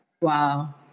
wow